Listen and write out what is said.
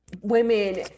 women